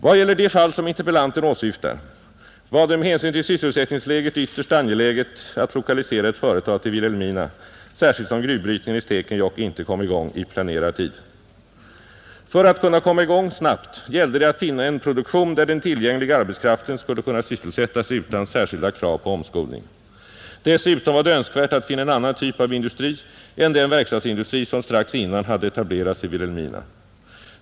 Vad gäller det fall som interpellanten åsyftar var det med hänsyn till sysselsättningsläget ytterst angeläget att lokalisera ett företag till Vilhelmina, särskilt som gruvbrytningen i Stekenjokk inte kom i gång i planerad tid. För att kunna komma i gång snabbt gällde det att finna en produktion där den tillgängliga arbetskraften skulle kunna sysselsättas utan särskilda krav på omskolning. Dessutom var det önskvärt att finna en annan typ av industri än den verkstadsindustri som strax innan hade etablerats i Vilhelmina.